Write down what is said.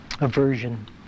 aversion